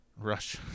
rush